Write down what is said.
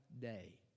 day